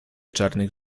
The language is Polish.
czarnych